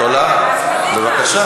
בבקשה,